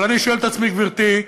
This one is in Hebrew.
אבל אני שואל את עצמי, גברתי,